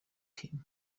teams